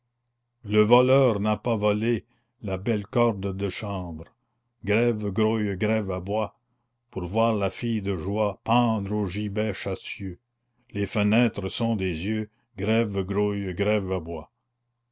le voleur n'a pas volé la belle corde de chanvre grève grouille grève aboye pour voir la fille de joie pendre au gibet chassieux les fenêtres sont des yeux grève grouille grève aboye